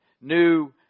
New